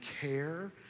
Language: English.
care